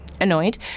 ...annoyed